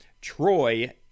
Troy